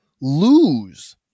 lose